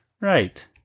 right